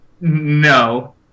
no